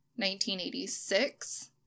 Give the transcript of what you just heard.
1986